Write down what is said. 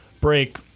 break